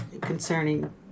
concerning